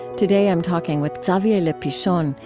today, i'm talking with xavier le pichon.